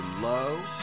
low